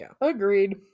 agreed